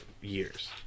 years